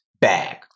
bag